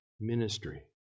ministry